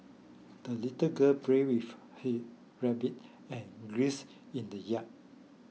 the little girl played with her rabbit and geese in the yard